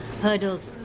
hurdles